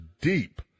deep